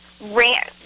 ran